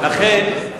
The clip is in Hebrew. לכן,